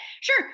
sure